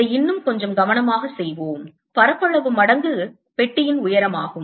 இதை இன்னும் கொஞ்சம் கவனமாக செய்வோம் பரப்பளவு மடங்கு பெட்டியின் உயரமாகும்